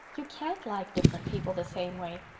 you can't like different people the same way.